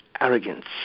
arrogance